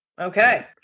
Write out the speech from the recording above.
okay